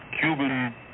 Cuban